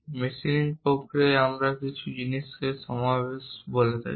machining প্রক্রিয়ায় আমরা কিছু জিনিসকে সমাবেশ বলে থাকি